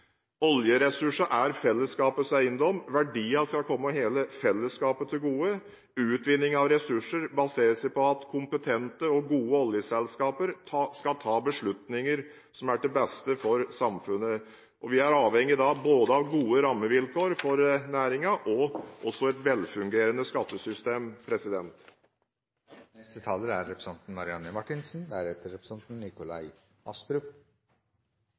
er fellesskapets eiendom. Verdiene skal komme hele fellesskapet til gode. Utvinning av ressurser baserer seg på at kompetente og gode oljeselskaper skal ta beslutninger som er til det beste for samfunnet. Da er vi avhengige både av gode rammevilkår for næringen og av et velfungerende skattesystem.